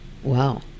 Wow